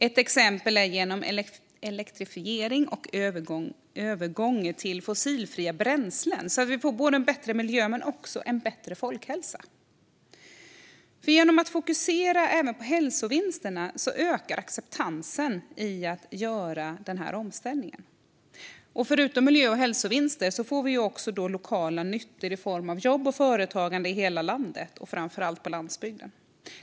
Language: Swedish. Ett exempel är elektrifiering och övergång till fossilfria bränslen så att vi får bättre miljö men också bättre folkhälsa. Genom att fokusera även på hälsovinsterna ökar vi acceptansen för att göra denna omställning. Förutom miljö och hälsovinster får vi lokala nyttor i form av jobb och företagande i hela landet, framför allt på landsbygden.